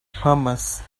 hummus